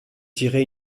tirer